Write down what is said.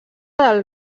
del